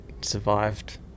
survived